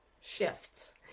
shifts